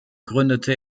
gründete